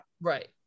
right